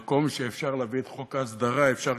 במקום שאפשר להביא את חוק ההסדרה אפשר